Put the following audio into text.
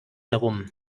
herum